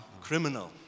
criminal